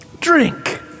Drink